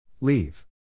Leave